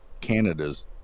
Canada's